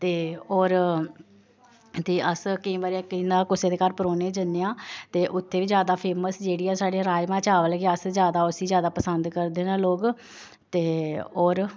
ते होर अस केईं बारी कुसै दे घर परौह्ने जन्ने आं ते उत्थे बी ज्यादा फेमस जेह्ड़ी ऐ साढ़े राजमांह् चावल गै अस ज्यादा उसी ज्यादा पसंद करदे न लोक ते होर